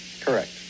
correct